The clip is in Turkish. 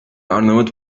arnavut